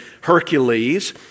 Hercules